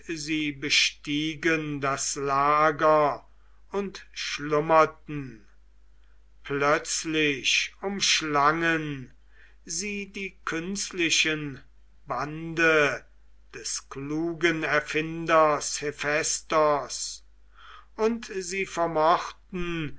sie bestiegen das lager und schlummerten plötzlich umschlangen sie die künstlichen bande des klugen erfinders hephaistos und sie vermochten